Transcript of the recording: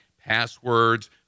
passwords